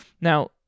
Now